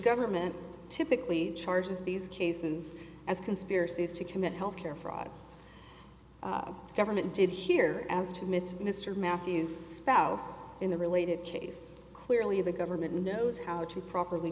government typically charges these cases as conspiracy to commit health care fraud the government did here as timid mr matthews spouse in the related case clearly the government knows how to properly